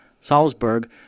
Salzburg